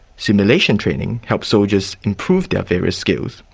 simulation training helps soldiers improve their various skills,